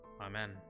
Amen